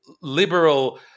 liberal